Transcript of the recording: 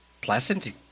Pleasant